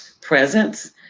presence